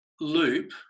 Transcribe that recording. loop